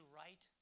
right